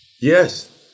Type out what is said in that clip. Yes